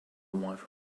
wife